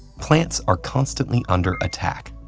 plants are constantly under attack.